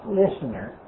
listener